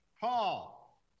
Paul